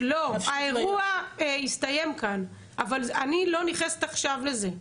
האירוע הסתיים כאן אבל אני לא נכנסת עכשיו לזה,